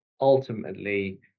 ultimately